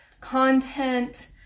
content